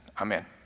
Amen